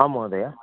आम् महोदया